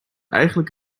eigenlijk